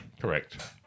correct